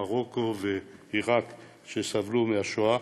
מרוקו ועיראק שסבלו מהשואה.